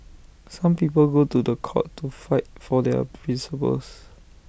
some people go to The Court to fight for their principles